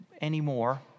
Anymore